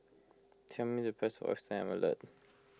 tell me the price of Oyster Omelette